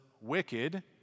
wicked